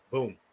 Boom